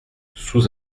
sous